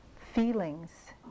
feelings